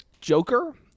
Joker